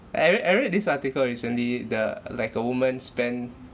I read I read this article recently the like a woman spent